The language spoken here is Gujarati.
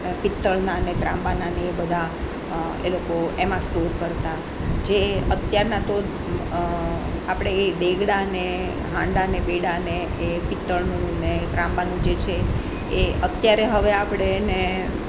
પિત્તળના અને ત્રાંબાના અને એ બધા એ લોકો એમાં સ્ટોર કરતાં જે અત્યારના તો આપણે એ દેઘડા અને હાંડાને બેડાને એ પિત્તળનું અને ત્રાંબાનું જે છે એ અત્યારે હવે આપણે એને